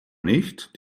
nicht